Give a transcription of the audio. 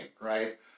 right